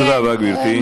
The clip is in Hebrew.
תודה רבה, גברתי.